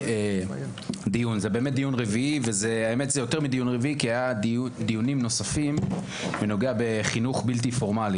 זהו אכן דיון רביעי אך היו דיונים נוספים בנוגע לחינוך בלתי פורמלי.